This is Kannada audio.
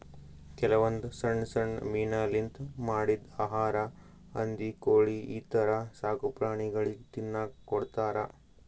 ಕೆಲವೊಂದ್ ಸಣ್ಣ್ ಸಣ್ಣ್ ಮೀನಾಲಿಂತ್ ಮಾಡಿದ್ದ್ ಆಹಾರಾ ಹಂದಿ ಕೋಳಿ ಈಥರ ಸಾಕುಪ್ರಾಣಿಗಳಿಗ್ ತಿನ್ನಕ್ಕ್ ಕೊಡ್ತಾರಾ